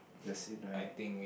the scene right